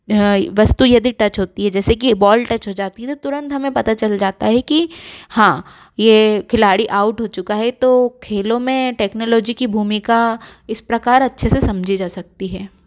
वस्तु यदि टच होती है जैसे कि बॉल टच हो जाती है तो तुरंत हमें पता चल जाता है कि हाँ यह खिलाड़ी आउट हो चुका है तो खेलों में टेक्नोलोजी की भूमिका इस प्रकार अच्छे से समझी जा सकती है